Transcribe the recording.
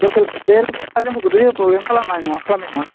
बे लकेलफोराथ' जोंखौ प्रब्लेम खालामनाय नङा